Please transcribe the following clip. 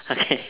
okay